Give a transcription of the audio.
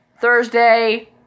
Thursday